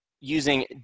using